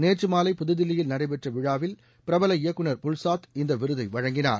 நேற்று மாலை புது தில்லியில் நடைபெற்ற விழாவில் பிரபல இயக்குநர் புல்சாத் இந்த விருதை வழங்கினார்